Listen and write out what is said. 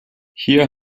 hier